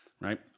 right